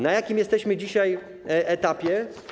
Na jakim jesteśmy dzisiaj etapie?